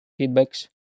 feedbacks